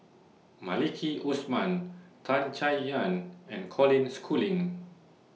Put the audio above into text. Maliki Osman Tan Chay Yan and Colin Schooling